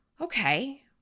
Okay